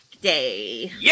Day